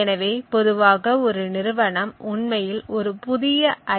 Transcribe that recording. எனவே பொதுவாக ஒரு நிறுவனம் உண்மையில் ஒரு புதிய ஐ